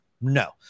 No